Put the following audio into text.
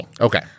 Okay